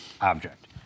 object